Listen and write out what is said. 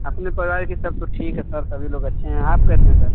अपने पराए के सब तो ठीक हैं सर सभी लोग अच्छे हैं आप कैसे हैं सर